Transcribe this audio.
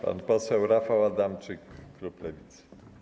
Pan poseł Rafał Adamczyk, klub Lewicy.